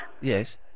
Yes